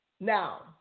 Now